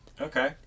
Okay